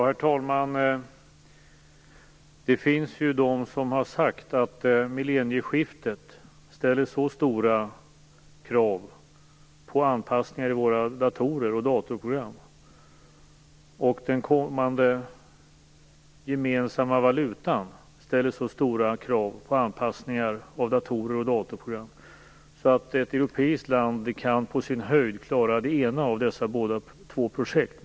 Herr talman! Det finns de som har sagt att millennieskiftet ställer så stora krav på anpassningar i våra datorer och dataprogram, och att den kommande gemensamma valutan ställer så stora krav på anpassningar av datorer och dataprogram, att ett europeiskt land på sin höjd kan klara det ena av dessa båda projekt.